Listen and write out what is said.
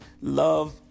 love